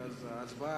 וההצבעה,